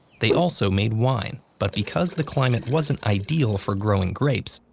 they also made wine, but because the climate wasn't ideal for growing grapes,